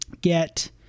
get